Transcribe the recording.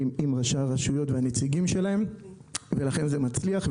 עם ראשי הרשויות והנציגים שלהם ולכן זה מצליח.